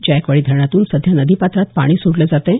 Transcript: जायकवाडी धरणातून सध्या नदीपात्रात पाणी सोडलं जात आहे